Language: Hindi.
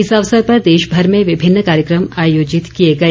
इस अवसर पर देशभर में विभिन्न कार्यक्रम आयोजित किए गए